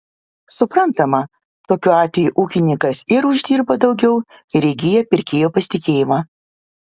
suprantama tokiu atveju ūkininkas ir uždirba daugiau ir įgyja pirkėjo pasitikėjimą